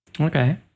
Okay